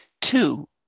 Two